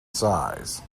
size